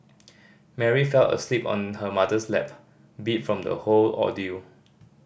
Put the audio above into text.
Mary fell asleep on her mother's lap beat from the whole ordeal